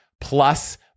plus